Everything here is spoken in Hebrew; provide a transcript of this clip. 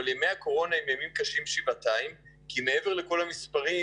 אבל ימי הקורונה הם ימים קשים שבעתיים כי מעבר לכל המספרים,